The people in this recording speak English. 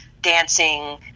dancing